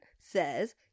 says